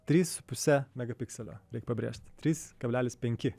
trys pusę magapikselio reik pabrėžt trys kablelis penki